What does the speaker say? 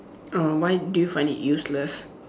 oh why do you find it useless